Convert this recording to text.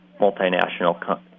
multinational